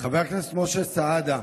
" חבר הכנסת משה סעדה,